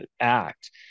act